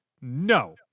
no